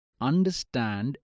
understand